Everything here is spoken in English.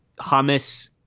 Hamas